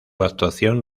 actuación